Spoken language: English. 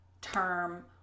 term